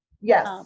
Yes